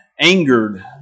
angered